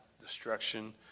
Destruction